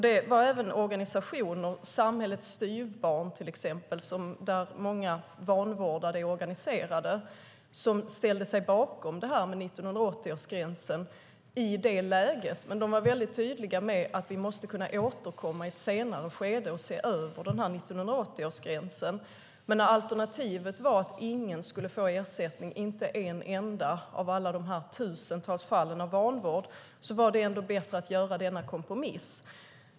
Det var även organisationer, till exempel Samhällets Styvbarn där många vanvårdade är organiserade, som ställde sig bakom 1980-gränsen i det läget. Men de var tydliga med att vi måste kunna återkomma i ett senare skede och se över 1980-gränsen. Alternativet var att ingen skulle få ersättning, inte en enda av alla de tusentals fallen av vanvård, och då var det ändå bättre att göra denna kompromiss.